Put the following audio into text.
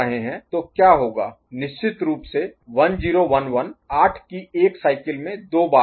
तो क्या होगा निश्चित रूप से 1 0 1 1 आठ की एक साइकिल में दो बार आएगा